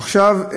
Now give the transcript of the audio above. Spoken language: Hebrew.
עכשיו,